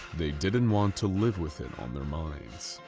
they didn't want to live with it on their minds.